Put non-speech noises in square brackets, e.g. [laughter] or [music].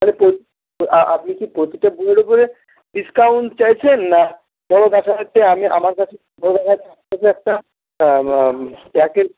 তাহলে পো আপনি কি প্রতিটা বইয়ের ওপরে ডিসকাউন্ট চাইছেন না ধরুন কাছাকাছি আমি আমার কাছে [unintelligible] একটা প্যাকেজ